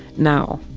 now,